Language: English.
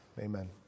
Amen